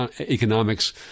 economics